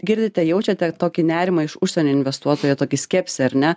girdite jaučiate tokį nerimą iš užsienio investuotojo tokį skepsį ar ne